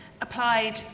applied